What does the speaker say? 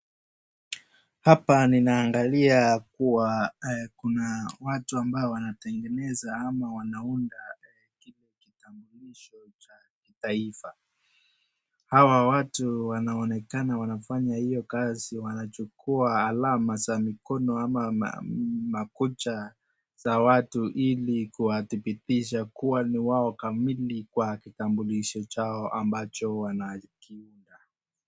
Hapa ninaangalia kuwa kuna watu ambao wanatengeneza ama wanaunda kitambulisho cha taifa. Hawa watu wanonekana wanafanya hiyo kazi wanachukua alama za mikono ama makucha za watu ili kuwadhibitisha kuwa ni wao kamili kwa kitambulisho chao ambacho wanakaa nayo.